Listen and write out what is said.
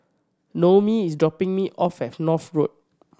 Noemi is dropping me off at North Road